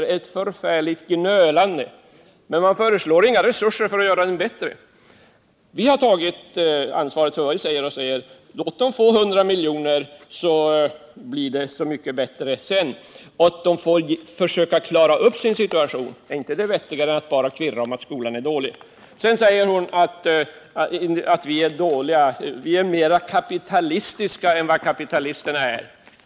Det är ett förfärligt gnölande, men man föreslår inga resurser för att göra skolan bättre. Vi har däremot tagit ansvaret för vad vi säger: Låt skolan få 100 milj.kr., så att den kan försöka klara upp sin situation och så att det blir så mycket bättre sedan! Är inte det vettigare än att bara kvirra om att skolan är dålig? Margaretha af Ugglas säger också att vi är mera kapitalistiska än vad kapitalisterna är själva.